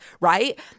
right